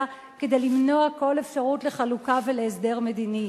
כדי למנוע כל אפשרות לחלוקה ולהסדר מדיני,